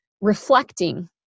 reflecting